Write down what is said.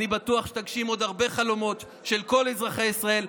אני בטוח שתגשים עוד הרבה חלומות של כל אזרחי ישראל.